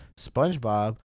SpongeBob